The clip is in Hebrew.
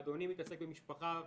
אדוני מתעסק במשפחה,